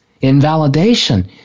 Invalidation